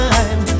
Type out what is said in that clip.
Time